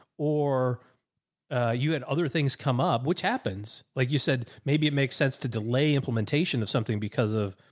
or you had other things come up, which happens, like you said, maybe it makes sense to delay implementation of something because of,